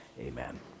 amen